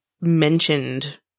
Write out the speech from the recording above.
mentioned